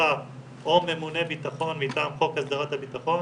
אבטחה או ממונה בטחון מטעם חוק הסדרת הבטחון.